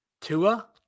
Tua